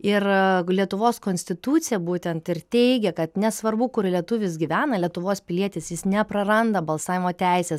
ir lietuvos konstitucija būtent ir teigia kad nesvarbu kur lietuvis gyvena lietuvos pilietis jis nepraranda balsavimo teisės